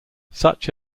such